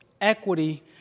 equity